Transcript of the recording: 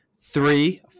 Three